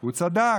הוא צדק.